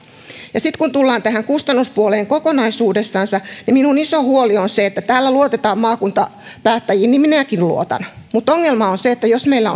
ja sitten kun tullaan tähän kustannuspuoleen kokonaisuudessansa niin minun iso huoleni on se täällä luotetaan maakuntapäättäjiin niin minäkin luotan mutta ongelma on se että jos meillä